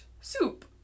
soup